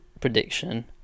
prediction